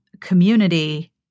community